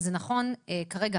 זה נכון וכרגע,